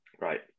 Right